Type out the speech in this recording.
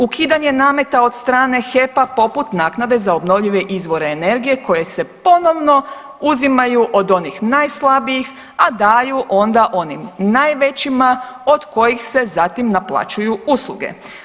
Ukidanje nameta od strane HRP-a poput naknade za obnovljive izvore energije koje se ponovno uzimaju od onih najslabijih, a daju onda onim najvećima od kojih se zatim naplaćuju usluge.